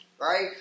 right